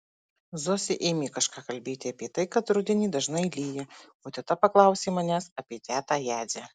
zosė ėmė kažką kalbėti apie tai kad rudenį dažnai lyja o teta paklausė manęs apie tetą jadzę